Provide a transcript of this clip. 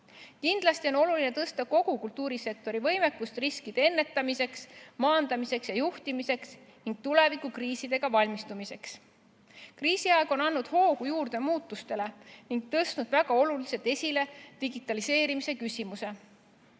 Kindlasti on oluline tõsta kogu kultuurisektori võimekust riskide ennetamiseks, maandamiseks ja juhtimiseks ning tulevikukriisideks valmistumiseks. Kriisiaeg on andnud hoogu juurde muutustele ning tõstnud väga oluliselt esile digitaliseerimise küsimuse.